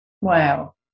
Wow